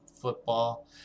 football